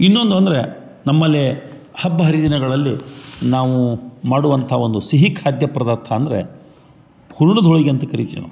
ಇನ್ನೊಂದು ಅಂದರೆ ನಮ್ಮಲ್ಲಿ ಹಬ್ಬ ಹರಿದಿನಗಳಲ್ಲಿ ನಾವು ಮಾಡುವಂಥ ಒಂದು ಸಿಹಿ ಖಾದ್ಯ ಪದಾರ್ಥ ಅಂದರೆ ಹೂರ್ಣದ ಹೋಳ್ಗಿ ಅಂತೆ ಕರಿತೀವಿ ನಾವು